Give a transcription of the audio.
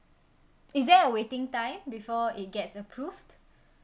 is there a waiting time before it gets approved